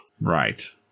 Right